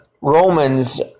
Romans